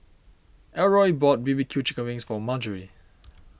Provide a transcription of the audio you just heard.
Elroy bought B B Q Chicken Wings for Margery